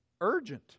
urgent